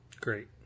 Great